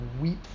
weep